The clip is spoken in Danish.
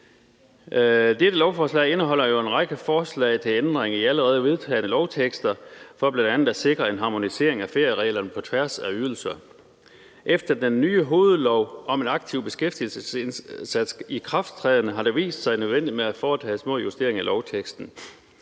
Dette lovforslag indeholder en række forslag til ændring af allerede vedtagne lovtekster for bl.a. at sikre en harmonisering af feriereglerne på tværs af ydelser. Efter den nye hovedlov om en aktiv beskæftigelsesindsats ikrafttræden har det vist sig nødvendigt at foretage små justeringer af lovteksten.